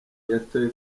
yatoye